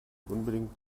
unbedingt